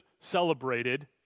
celebrated